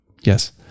Yes